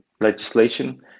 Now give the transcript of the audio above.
legislation